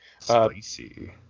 spicy